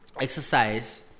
Exercise